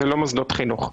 זה לא מוסדות חינוך.